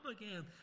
again